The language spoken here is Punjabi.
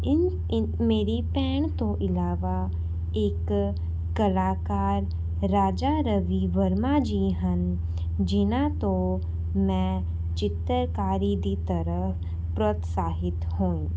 ਇਹਨਾਂ ਮੇਰੀ ਭੈਣ ਤੋਂ ਇਲਾਵਾ ਇੱਕ ਕਲਾਕਾਰ ਰਾਜਾ ਰਵੀ ਵਰਮਾ ਜੀ ਹਨ ਜਿਨ੍ਹਾਂ ਤੋਂ ਮੈਂ ਚਿੱਤਰਕਾਰੀ ਦੀ ਤਰਫ਼ ਪ੍ਰੋਤਸਾਹਿਤ ਹੋਈ